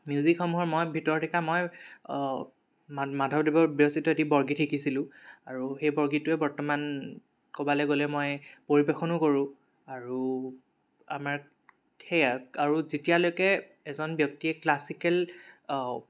মিউজিকসমূহৰ মই ভিতৰত শিকা মই মাধৱদেৱৰ বিৰচিত এটি বৰগীত শিকিছিলো আৰু সেই বৰগীতটোৱে বৰ্তমান ক'বালে গ'লে মই পৰিৱেশনো কৰো আৰু আমাৰ সেয়া আৰু যেতিয়ালৈকে এজন ব্যক্তিয়ে ক্লাছিকেল